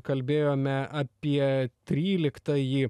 kalbėjome apie tryliktąjį